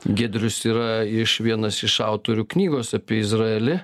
giedrius yra iš vienas iš autorių knygos apie izraelį